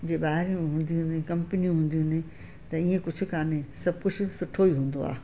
जीअं ॿाहिरि हूंदियूं आहिनि कंपनियूं हूंदियूं आहिनि त ईअं कुझु कोन्हे सभु कुझु सुठो ई हूंदो आहे